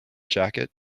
jacket